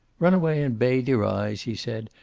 run away and bathe your eyes, he said,